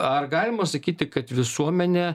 ar galima sakyti kad visuomenė